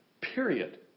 Period